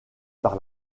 par